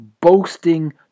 boasting